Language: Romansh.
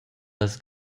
las